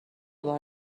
بار